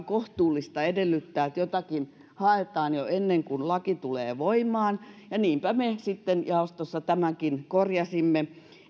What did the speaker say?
kohtuullista edellyttää että jotakin haetaan jo ennen kuin laki tulee voimaan ja niinpä me sitten jaostossa tämänkin korjasimme